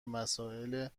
مسائل